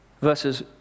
Verses